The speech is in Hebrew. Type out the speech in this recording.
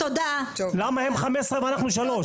למה הם 15 ואנחנו שלוש?